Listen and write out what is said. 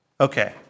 Okay